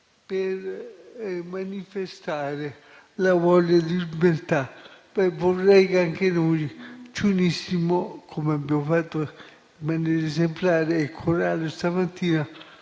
per manifestare la voglia di libertà. Vorrei che anche noi ci unissimo, come abbiamo fatto in maniera esemplare e corale stamattina,